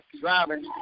driving